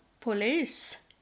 police